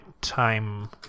time